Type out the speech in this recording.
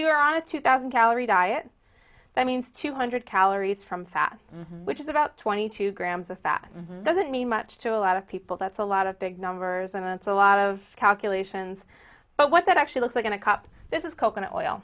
you're on a two thousand calorie diet that means two hundred calories from fat which is about twenty two grams of fat doesn't mean much to a lot of people that's a lot of big numbers and it's a lot of calculations but what that actually looks like in a cup this is coconut oil